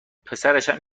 پسرشم